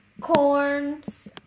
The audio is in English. Corns